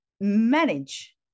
manage